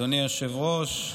אדוני היושב-ראש,